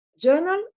Journal